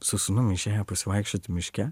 su sūnum išėję pasivaikščiot miške